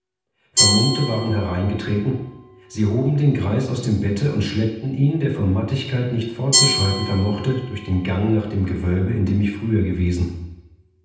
vermummte waren hereingetreten sie hoben den greis aus dem bette und schleppten ihn der vor mattigkeit nicht fortzuschreiten vermochte durch den gang nach dem gewölbe in dem ich früher gewesen